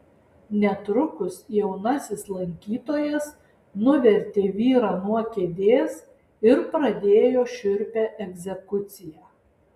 netrukus jaunasis lankytojas nuvertė vyrą nuo kėdės ir pradėjo šiurpią egzekuciją